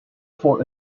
for